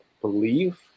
believe